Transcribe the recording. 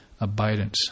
abidance